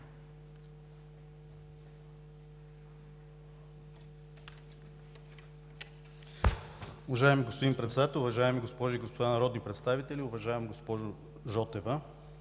уважаеми госпожи и господа народни представители, уважаема госпожо Жотева!